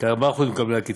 כ-4% ממקבלי הקצבה.